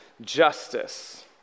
justice